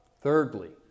Thirdly